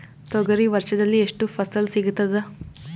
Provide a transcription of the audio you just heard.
ತೊಗರಿ ವರ್ಷದಲ್ಲಿ ಎಷ್ಟು ಫಸಲ ಸಿಗತದ?